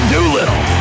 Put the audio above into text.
Doolittle